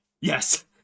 Yes